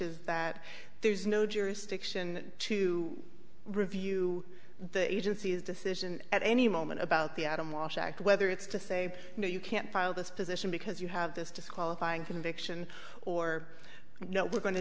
is that there's no jurisdiction to review the agency's decision at any moment about the adam walsh act whether it's to say no you can't file this position because you have this disqualifying conviction or you know we're going to